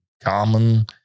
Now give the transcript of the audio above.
common